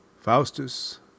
Faustus